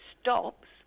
stops